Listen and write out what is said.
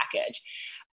package